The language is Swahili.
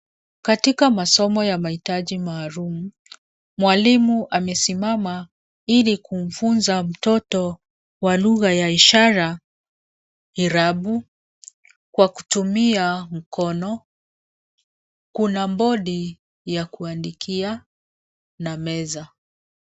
Katika masomo ya mahitaji maalum, mwalimu amesimama ili kumfunza mtoto wa lugha ya ishara irabu kwa kutumia mkono. Kuna bodi ya kuandikia na meza.